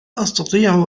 أستطيع